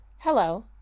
hello